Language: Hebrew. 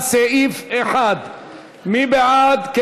על סעיף 1. מי בעד סעיף 1,